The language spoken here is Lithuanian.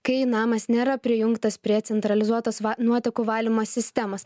kai namas nėra prijungtas prie centralizuotos nuotekų valymo sistemos